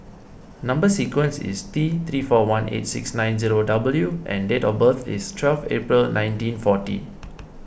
Number Sequence is T three four one eight six nine zero W and date of birth is twelve April nineteen forty